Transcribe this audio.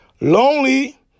Lonely